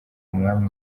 umwami